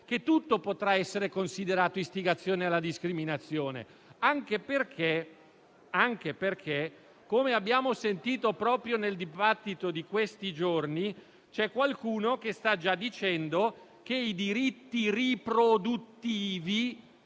che tutto potrà essere considerato istigazione alla discriminazione, anche perché, come abbiamo sentito proprio nel dibattito di questi giorni, qualcuno sta già dicendo che i diritti riproduttivi